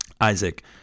Isaac